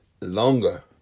longer